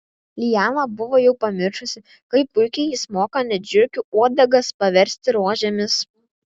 liana buvo jau pamiršusi kaip puikiai jis moka net žiurkių uodegas paversti rožėmis